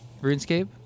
RuneScape